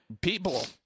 people